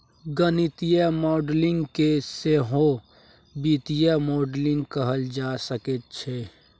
गणितीय मॉडलिंग केँ सहो वित्तीय मॉडलिंग कहल जा सकैत छै